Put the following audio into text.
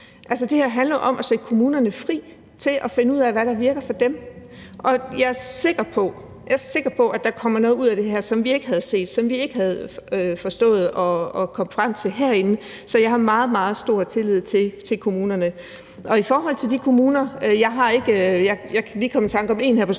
det her handler jo om at sætte kommunerne fri til at finde ud af, hvad der virker for dem, og jeg er sikker på, at der kommer noget ud af det her, som vi ikke havde set, og som vi ikke havde forstået at komme frem til herinde. Så jeg har meget, meget stor tillid til kommunerne. I forhold til de kommuner kan jeg på stående fod f.eks. lige